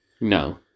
No